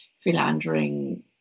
philandering